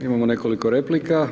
Imamo nekoliko replika.